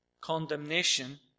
condemnation